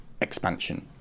expansion